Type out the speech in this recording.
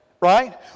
right